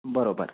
बरोबर